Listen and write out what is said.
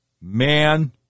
Man